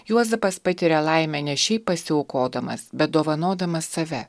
juozapas patiria laimę ne šiaip pasiaukodamas bet dovanodamas save